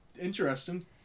Interesting